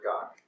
God